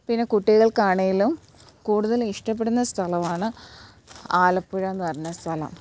പിന്നെ കുട്ടികൾക്കണേലും കൂടുതലിഷ്ടപ്പെടുന്ന സ്ഥലമാണ് ആലപ്പുഴയെന്ന് പറഞ്ഞ സ്ഥലം